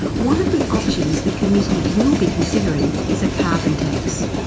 one of the options the committee will be considering is a carbon tax.